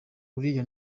uriya